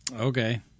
Okay